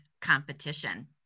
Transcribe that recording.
competition